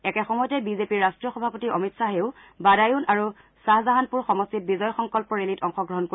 একে সময়তে বিজেপিৰ ৰাট্টীয় সভাপতি অমিত খাহেও বাদায়ূন আৰু শ্বাহজাহানপুৰ সমষ্টিত বিজয় সংকল্প ৰেলীত অংশগ্ৰহণ কৰিব